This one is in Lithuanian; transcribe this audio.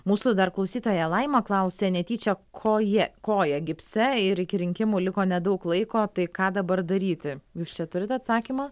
mūsų dar klausytoja laima klausia netyčia ko jie koja gipse ir iki rinkimų liko nedaug laiko tai ką dabar daryti jūs čia turit atsakymą